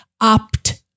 opt